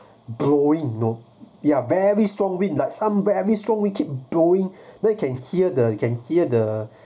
bro you know ya very strong wind like some very strong we keep blowing then can hear the you can hear the